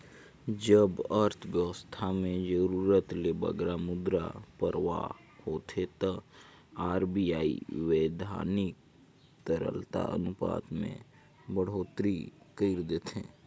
जब अर्थबेवस्था में जरूरत ले बगरा मुद्रा परवाह होथे ता आर.बी.आई बैधानिक तरलता अनुपात में बड़होत्तरी कइर देथे